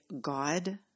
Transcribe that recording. God